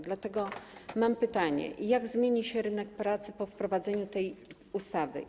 Dlatego mam pytanie: Jak zmieni się rynek pracy po wprowadzeniu tej ustawy?